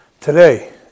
today